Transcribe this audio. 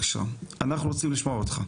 אנחנו רוצים לשמוע אותך.